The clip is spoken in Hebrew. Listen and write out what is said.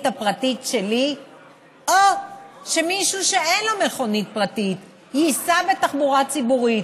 הפרטית שלי לבין זה שמישהו שאין לו מכונית פרטית ייסע בתחבורה ציבורית?